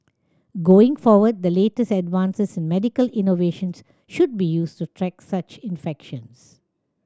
going forward the latest advances in medical innovations should be used to track such infections